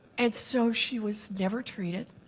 and so she was never treated.